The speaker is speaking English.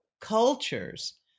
cultures